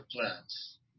plans